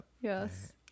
yes